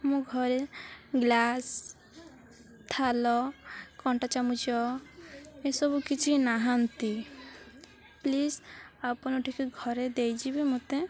ମୋ ଘରେ ଗ୍ଲାସ ଥାଳି କଣ୍ଟା ଚାମୁଚ ଏସବୁ କିଛି ନାହାନ୍ତି ପ୍ଲିଜ୍ ଆପଣ ଟିକେ ଘରେ ଦେଇଯିବେ ମୋତେ